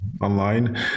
online